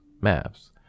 maps